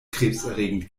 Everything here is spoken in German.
krebserregend